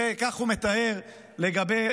כך הוא מתאר לגבי